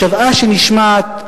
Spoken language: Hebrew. השוועה שנשמעת,